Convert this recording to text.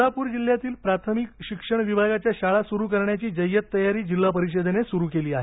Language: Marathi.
सोलापूर जिल्ह्यातील प्राथमिक शिक्षण विभागाच्या शाळा सुरू करण्याची जय्यत तयारी जिल्हा परिषदेने सुरू केली आहे